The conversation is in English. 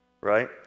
Right